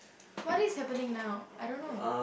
what is happening now I don't know